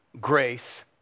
grace